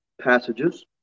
passages